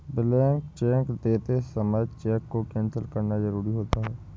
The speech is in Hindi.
ब्लैंक चेक देते समय चेक को कैंसिल करना जरुरी होता है